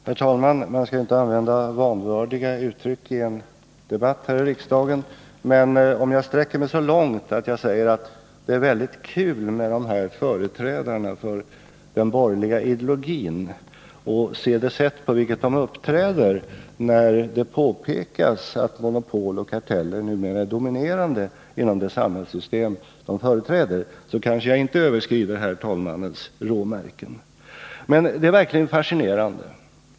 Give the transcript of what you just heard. Herr talman! Man skall ju inte använda vanvördiga uttryck i en debatt här i riksdagen, men om jag säger att det är väldigt kul att se på vilket sätt företrädarna för den borgerliga ideologin uppträder, när det påpekas att monopol och karteller numera är dominerande inom det samhällssystem de företräder, så kanske jag inte överskrider herr talmannens råmärken. Men det är verkligen fascinerande.